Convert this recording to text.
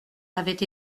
avaient